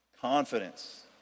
Confidence